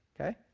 okay